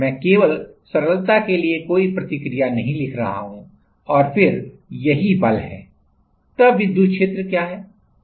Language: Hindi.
मैं केवल सरलता के लिए कोई प्रतिक्रियानहीं लिख रहा हूं और फिर यही बल है